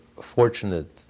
fortunate